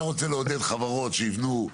אתה רוצה לעודד חברות שיבנו,